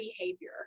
behavior